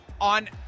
on